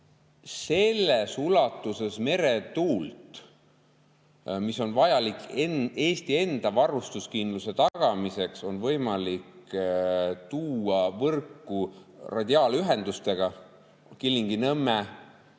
selles ulatuses meretuult, mis on vajalik Eesti enda varustuskindluse tagamiseks, on võimalik tuua võrku radiaalühendustega Kilingi-Nõmme,